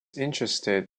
interested